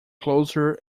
closer